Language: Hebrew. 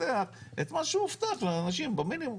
לפתח את מה שהובטח לאנשים, במינימום.